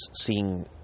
seeing